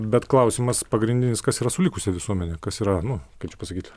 bet klausimas pagrindinis kas yra su likusia visuomene kas yra nu kaip čia pasakyt